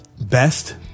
best